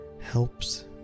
helps